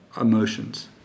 emotions